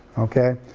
okay?